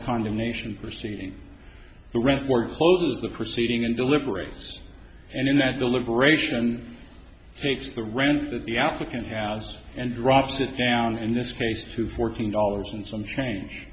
condemnation proceeding the rent workflow to the proceeding and deliberates and in that deliberation takes the rent that the applicant has and drops it down in this case to fourteen dollars and some change